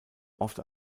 oft